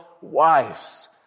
wives